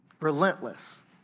relentless